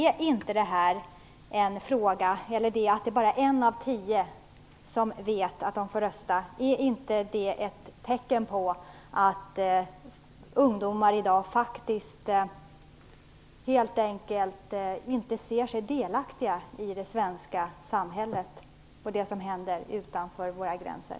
Är inte detta att det bara är en av tio som vet att de får rösta ett tecken på att ungdomar i dag inte ser sig delaktiga i det svenska samhället och det som händer utanför våra gränser?